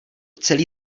celý